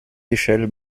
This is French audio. échelles